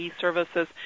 services